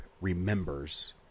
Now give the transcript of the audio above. remembers